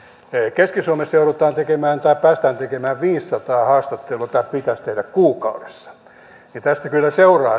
keski suomessa joudutaan tekemään tai päästään tekemään viisisataa haastattelua tai pitäisi tehdä kuukaudessa tästä kyllä seuraa